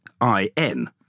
I-N